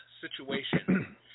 situation